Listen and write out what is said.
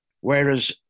whereas